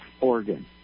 Oregon